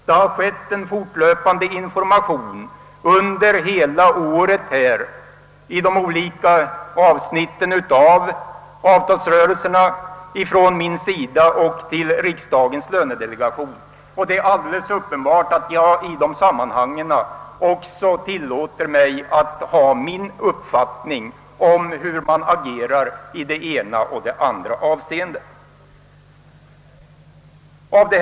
Jag har lämnat en fortlöpande information under hela detta år till riksdagens lönedelegation beträffande de olika avsnitten av avtalsrörelserna, och det är självklart att jag i dessa sammanhang också tillåter mig ha en egen uppfattning om hur man agerar i det ena eller andra avseendet.